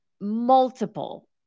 multiple